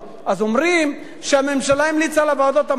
אז אומרים שהממשלה הציעה לוועדות המחוזיות.